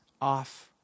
off